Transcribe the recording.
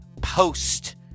post